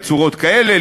בצורות כאלה,